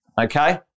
okay